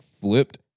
flipped